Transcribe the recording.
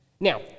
Now